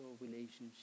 relationship